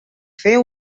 fer